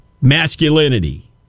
masculinity